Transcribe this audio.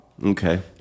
Okay